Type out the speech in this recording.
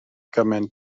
gymaint